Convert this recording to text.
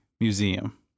Museum